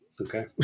Okay